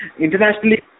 internationally